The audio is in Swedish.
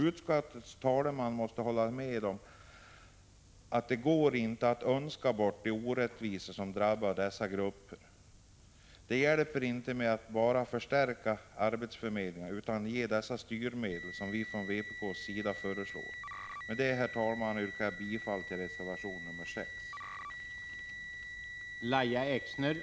Utskottets talesman måste hålla med om att det inte går att önska bort den orättvisa som drabbar dessa grupper. Det hjälper inte att bara förstärka arbetsförmedlingarna, utan de måste få de styrmedel som vi från vpk:s sida föreslår. Med det sagda, herr talman, yrkar jag bifall till reservation 6.